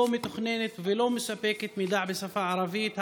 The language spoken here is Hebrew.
מתוכננת ולא מספקת מידע בשפה הערבית.